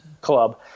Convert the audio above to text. club